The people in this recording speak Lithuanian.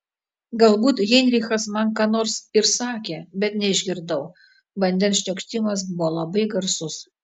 galbūt heinrichas man ką nors ir sakė bet neišgirdau vandens šniokštimas buvo labai garsus